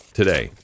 today